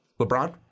LeBron